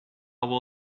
will